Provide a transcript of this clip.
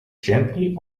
gently